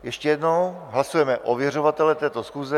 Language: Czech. Ještě jednou hlasujeme o ověřovatelích této schůze.